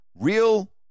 Real